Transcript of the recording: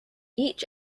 each